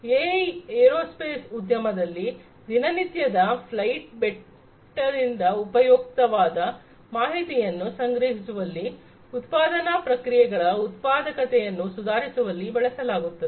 AI aerospace ಉದ್ಯಮದಲ್ಲಿ ದಿನನಿತ್ಯದ flight ಉಪಯುಕ್ತವಾದ ಮಾಹಿತಿಯನ್ನು ಸಂಗ್ರಹಿಸುವಲ್ಲಿ ಉತ್ಪಾದನಾ ಪ್ರಕ್ರಿಯೆಗಳ ಉತ್ಪಾದಕತೆಯನ್ನು ಸುಧಾರಿಸುವಲ್ಲಿ ಬಳಸಲಾಗುತ್ತದೆ